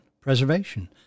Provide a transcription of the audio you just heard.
preservation